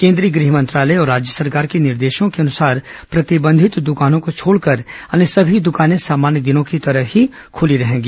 केंद्रीय गृह मंत्रालय और राज्य सरकार के निर्देशों के अनुसार प्रतिबंधित दुकानों को छोड़कर अन्य सभी दुकाने सामान्य दिनों की तरह ही खुली रहेंगी